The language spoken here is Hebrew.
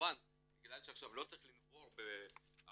וכמובן בגלל שעכשיו לא צריך לנבור בערימות